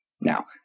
Now